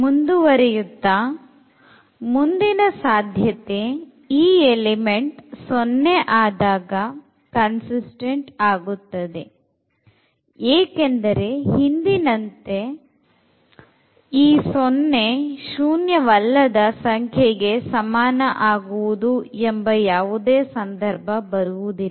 ಮುಂದುವರಿಯುತ್ತಾ ಮುಂದಿನ ಸಾಧ್ಯತೆ ಈ ಎಲಿಮೆಂಟ್ 0 ಆದಾಗ ಕನ್ಸಿಸ್ತೆಂಟ್ ಆಗುತ್ತದೆ ಏಕೆಂದರೆ ಹಿಂದಿನಂತೆ 0 ಶೂನ್ಯವಲ್ಲದ ಸಂಖ್ಯೆಗೆ ಸಮಾನ ಆಗುವುದು ಎಂಬ ಯಾವುದೇ ಸಂದರ್ಭ ಬರುವುದಿಲ್ಲ